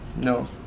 No